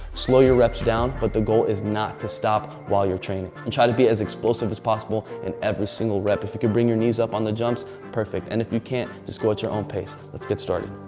slow your reps down, but the goal is not to stop while you're training. and try to be as explosive as possible in every single rep. if you could bring your knees up on the jumps, perfect. and if you can't, just go at your own pace. let's get started.